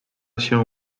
się